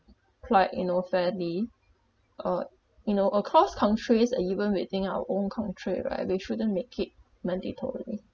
you know fairly uh you know across countries or even within our own country right we shouldn't make it mandatory